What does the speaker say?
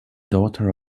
daughter